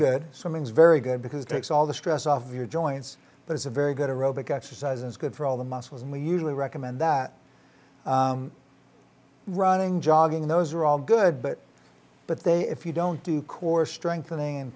good swimming is very good because takes all the stress off your joints but it's a very good a robot exercise is good for all the muscles and we usually recommend that running jogging those are all good but but they if you don't do core strengthening